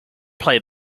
play